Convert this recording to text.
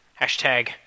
Hashtag